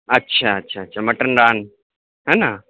اچھا اچھا اچھا مٹن ران ہے نا